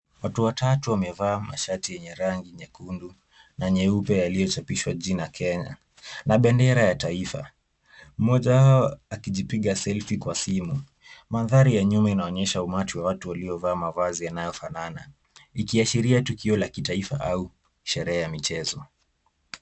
Watu watatu wamevaa mashati yenye rangi nyekundu na nyeupe yaliyochapishwa jina Kenya ,na bendera ya taifa ,mmoja wao akijipiga selfie (cs) kwa simu, mandhari ya nyuma inaonyesha umati wa watu waliovaa mavazi yanayofanana ,ikiashiria tukio la kitaifa au sherehe ya michezo .